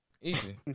Easy